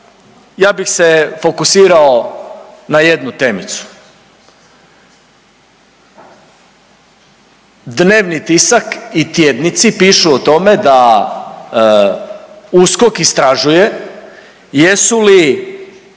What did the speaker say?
ja bih se fokusirao na jednu temicu, dnevni tisak i tjednici pišu o tome da USKOK istražuje jesu li